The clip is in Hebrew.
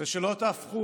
ושלא תהפכו,